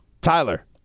Tyler